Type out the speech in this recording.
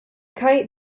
kite